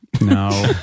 no